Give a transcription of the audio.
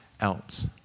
else